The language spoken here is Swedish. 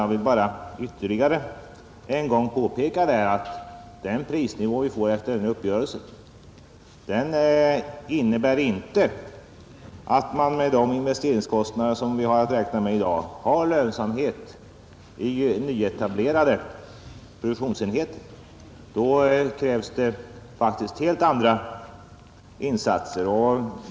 Jag vill bara ytterligare en gång påpeka, att den prisnivå vi kommer att få efter uppgörelsen inte innebär att man med nuvarande investeringskostnader kan uppnå lönsamhet i nyetablerade produktionsenheter; därtill krävs faktiskt helt andra insatser.